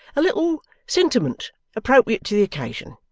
a little sentiment appropriate to the occasion.